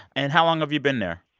and how long have you been there?